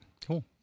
Cool